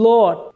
Lord